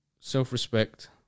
self-respect